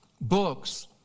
books